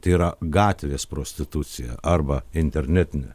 tai yra gatvės prostitucija arba internetinę